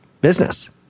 Business